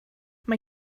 mae